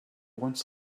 wants